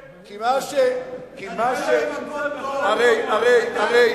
מאיפה אתה יודע איפה אני נמצא?